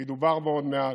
שידובר בו עוד מעט,